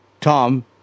Tom